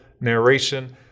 narration